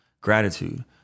gratitude